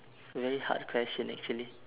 very hard question actually